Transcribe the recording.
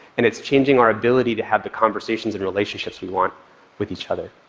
and it's changing our ability to have the conversations and relationships we want with each other.